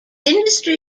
industry